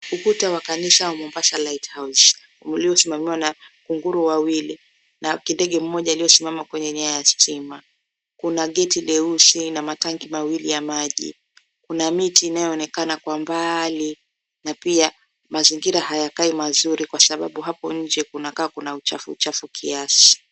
Ukuta wa kanisa wa Mombasa light house, uliosimamiwa na kunguru wawili na kidege moja aliyesimama kwenye nyaya ya stima. Kuna geti leusi na mataki mawili ya maji, kuna miti inayoonekana kwa mbali na pia mazingira hayakai mazuri kwa sababu hapo nje kuna 𝑘𝑎𝑎 𝑘𝑢𝑛𝑎 uchafu uchafu kiasi.